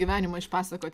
gyvenimą išpasakot